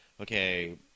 okay